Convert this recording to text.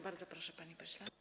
Bardzo proszę, panie pośle.